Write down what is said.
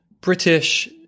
British